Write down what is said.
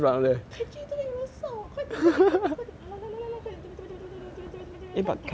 kai jun 这边有人射我快点快点快点快点来来来来来这边这边这边这边这边这边这边快点打快点打